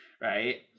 right